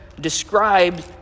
described